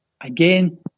again